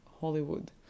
hollywood